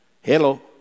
Hello